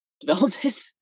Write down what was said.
development